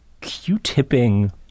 Q-tipping